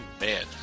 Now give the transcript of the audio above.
Man